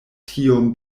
tiom